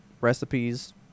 recipes